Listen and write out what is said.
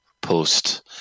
post